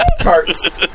Charts